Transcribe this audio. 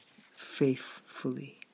faithfully